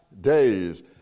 days